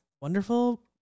wonderful